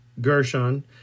Gershon